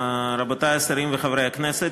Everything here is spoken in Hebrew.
רבותי השרים וחברי הכנסת,